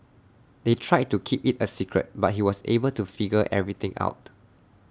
they tried to keep IT A secret but he was able to figure everything out